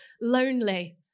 lonely